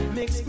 mix